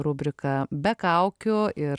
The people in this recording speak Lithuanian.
rubrika be kaukių ir